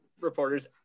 reporters